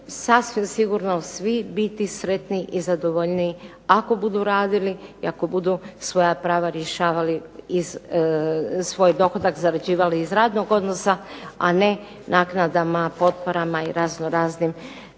sasvim sigurno svi biti sretniji i zadovoljniji ako budu radili i ako budu svoja prava rješavali iz, svoj dohodak zarađivali iz radnog odnosa, a ne naknadama, potporama i razno raznim